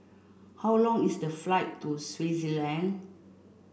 how long is the flight to Swaziland